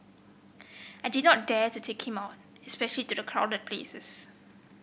I did not dare to take him on especially to crowded places